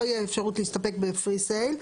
לא יהיה אפשרות להסתפק ב-Free Sale.